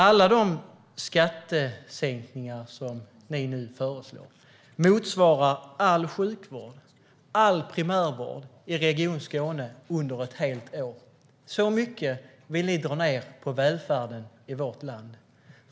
Alla de skattesänkningar som ni nu föreslår motsvarar all sjukvård och all primärvård i Region Skåne under ett helt år. Så mycket vill ni dra ned på välfärden i vårt land.